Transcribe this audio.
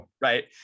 right